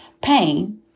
Pain